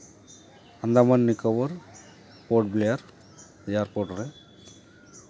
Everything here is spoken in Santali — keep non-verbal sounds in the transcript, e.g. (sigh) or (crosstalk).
ᱟᱱᱫᱟᱢᱟᱱ ᱱᱤᱠᱳᱵᱚᱨ ᱠᱚ (unintelligible) ᱮᱭᱟᱨᱯᱳᱨᱴ ᱨᱮ